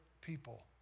people